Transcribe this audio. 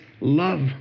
love